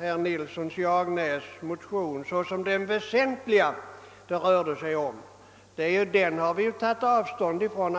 herr Nilssons i Agnäs motion som det väsentliga i sammanhanget. Men den motionen har vi ju alla tagit avstånd från.